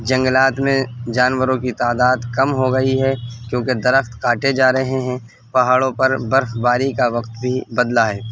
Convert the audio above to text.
جنگلات میں جانوروں کی تعداد کم ہو گئی ہے کیونکہ درخت کاٹے جا رہے ہیں پہاڑوں پر برف باری کا وقت بھی بدلا ہے